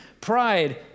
pride